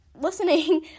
listening